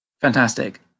Fantastic